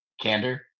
candor